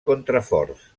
contraforts